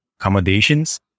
accommodations